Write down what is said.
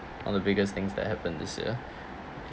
one of the biggest things that happened this year